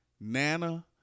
Nana